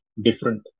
different